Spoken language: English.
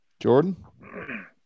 Jordan